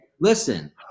listen